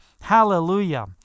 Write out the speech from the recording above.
hallelujah